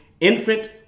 infant